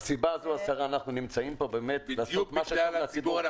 מהסיבה הזאת אנחנו נמצאים פה למען הציבור --- בדיוק בגלל